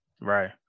Right